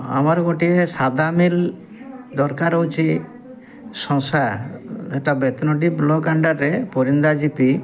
ଆମର ଗୋଟିଏ ସାଧା ମିଲ୍ ଦରକାର ଅଛି ସସାଂ ହେଇଟା ବେତନଟୀ ବ୍ଲକ୍ ଅଣ୍ଡରରେ ପରିଣ୍ଡା ଜିପି